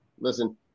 listen